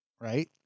Right